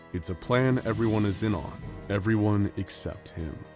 it's a plan everyone is in on everyone except him.